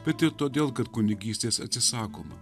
bet ir todėl kad kunigystės atsisakoma